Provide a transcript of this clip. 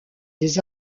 des